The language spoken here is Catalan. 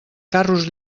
carros